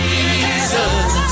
Jesus